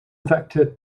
vector